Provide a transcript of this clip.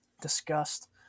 discussed